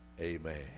Amen